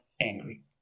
angry